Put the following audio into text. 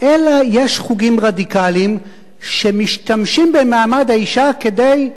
אלא יש חוגים רדיקליים שמשתמשים במעמד האשה כדי,